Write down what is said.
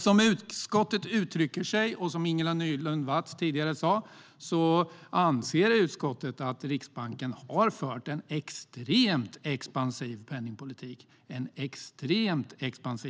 Som utskottet har uttryckt och som Ingela Nylund Watz sa tidigare anser utskottet att Riksbanken har fört en extremt expansiv penningpolitik.